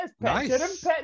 Nice